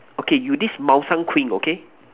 okay you this 猫山 queen okay